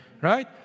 Right